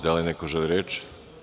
Da li neko želi reč?